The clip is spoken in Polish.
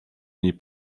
niej